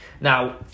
now